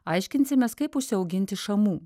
aiškinsimės kaip užsiauginti šamų